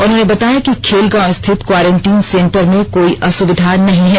उन्होंने बताया कि खेलगांव स्थित क्वॉरेंटीन सेंटर में कोई असुविधा नहीं है